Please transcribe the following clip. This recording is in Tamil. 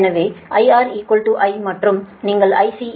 எனவே IR I மற்றும் நீங்கள் IC j 1148